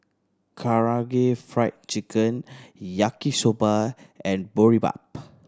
Karaage Fried Chicken Yaki Soba and Boribap